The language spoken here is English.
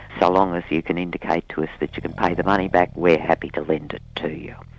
so long as you can indicate to us that you can pay the money back, we're happy to lend it to to you.